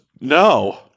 no